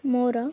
ମୋର